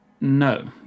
no